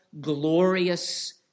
glorious